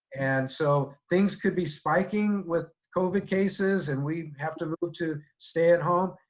and so things could be spiking with covid cases and we have to move to stay at home.